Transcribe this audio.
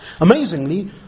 Amazingly